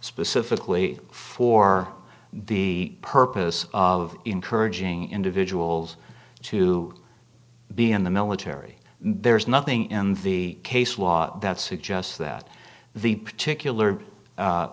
specifically for the purpose of encouraging individuals to be in the military there's nothing in the case law that suggests that the particular